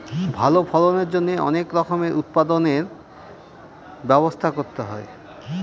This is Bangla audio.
ভালো ফলনের জন্যে অনেক রকমের উৎপাদনর ব্যবস্থা করতে হয়